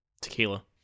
tequila